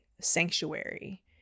sanctuary